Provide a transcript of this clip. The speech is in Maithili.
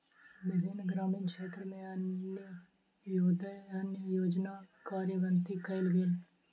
विभिन्न ग्रामीण क्षेत्र में अन्त्योदय अन्न योजना कार्यान्वित कयल गेल